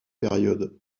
périodes